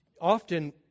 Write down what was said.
often